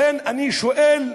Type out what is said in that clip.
לכן אני שואל: